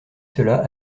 cela